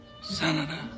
Senator